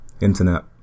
Internet